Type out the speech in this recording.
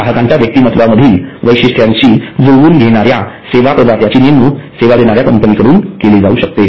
ग्राहकाच्या व्यक्तिमत्वामधील वैशिष्ट्यांशी जुळवून घेणाऱ्या सेवा प्रदात्याची नेमणूक सेवा देणाऱ्या कंपनीकडून केली जाऊ शकते